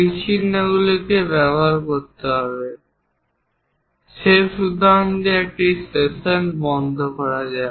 তীরচিহ্নগুলিকে ব্যবহার করতে হবে। শেষ উদাহরণ দিয়ে এটি একটি সেশন বন্ধ করা যাক